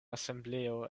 asembleo